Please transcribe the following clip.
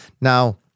Now